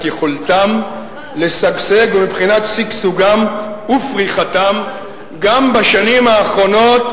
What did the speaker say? יכולתם לשגשג או מבחינת שגשוגם ופריחתם גם בשנים האחרונות,